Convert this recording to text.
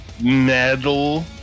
metal